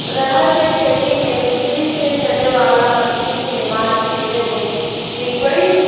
रहर के खेती मे बिजली से चले वाला मसीन से पानी देवे मे ठीक पड़ी?